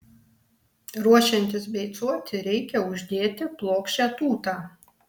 ruošiantis beicuoti reikia uždėti plokščią tūtą